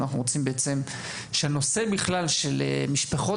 אנחנו רוצים בעצם שהנושא בכלל של משפחות